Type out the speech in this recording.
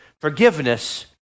forgiveness